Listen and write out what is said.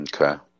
Okay